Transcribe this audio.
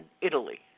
Italy